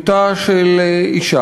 אדוני היושב-ראש, אצלך, אני מניח,